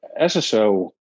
SSO